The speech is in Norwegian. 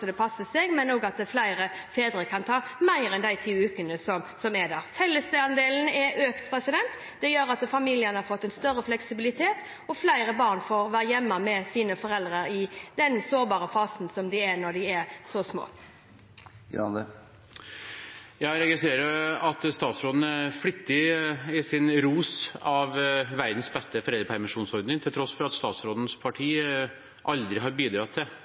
det passer, men også at flere fedre kan ta mer enn de ti ukene som er der. Fellesandelen er økt, det gjør at familiene har fått en større fleksibilitet, og flere barn får være hjemme med sine foreldre i den sårbare fasen som de er i når de er så små. Jeg registrerer at statsråden er flittig i sin ros av verdens beste foreldrepermisjonsordning, til tross for at statsrådens parti aldri har bidratt til